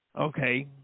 Okay